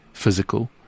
physical